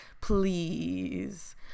Please